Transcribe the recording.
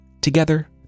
Together